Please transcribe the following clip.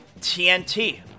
TNT